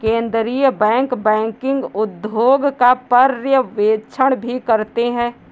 केन्द्रीय bank banking उद्योग का पर्यवेक्षण भी करते हैं